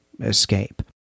escape